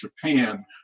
Japan